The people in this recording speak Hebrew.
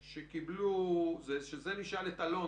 זה תלוי בתקופה.